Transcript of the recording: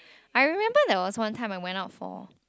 I remember there was one time I went out for